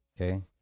okay